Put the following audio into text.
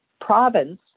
province